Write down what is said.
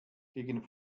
gegen